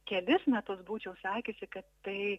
kelis metus būčiau sakiusi kad tai